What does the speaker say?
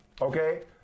Okay